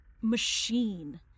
machine